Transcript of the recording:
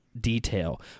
detail